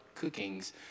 cookings